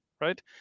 right